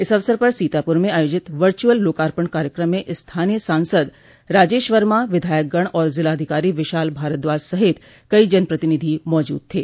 इस अवसर पर सीतापुर में आयोजित वर्चुअल लोकार्पण क कार्यक्रम में स्थानीय सांसद राजेश वर्मा विधायकगण और जिलाधिकारी विशाल भारद्वाज सहित कई जनप्रतिनिधि मौजूद थे